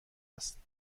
است